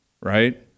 right